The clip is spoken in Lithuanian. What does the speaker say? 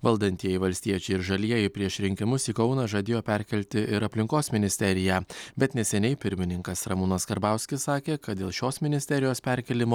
valdantieji valstiečiai ir žalieji prieš rinkimus į kauną žadėjo perkelti ir aplinkos ministeriją bet neseniai pirmininkas ramūnas karbauskis sakė kad dėl šios ministerijos perkėlimo